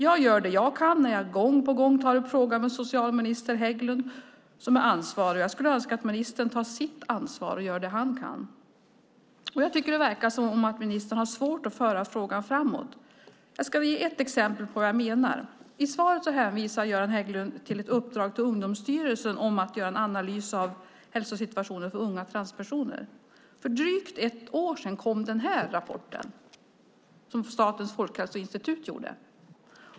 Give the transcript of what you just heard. Jag gör vad jag kan när jag gång på gång tar upp frågan med socialminister Hägglund, som är ansvarig. Jag önskar att ministern tar sitt ansvar och gör det han kan. Men jag tycker att det verkar som att ministern har svårt att föra frågan framåt. Jag ska ge ett exempel på vad jag menar. I svaret hänvisar Göran Hägglund till ett uppdrag till Ungdomsstyrelsen att göra en analys av hälsosituationen för unga transpersoner. Men för drygt ett år sedan kom en rapport som Statens folkhälsoinstitut gjorde.